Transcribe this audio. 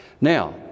Now